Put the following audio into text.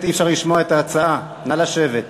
נא לשבת.